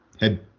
head